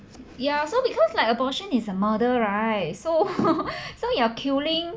ya so because like abortion is a model right so so you're killing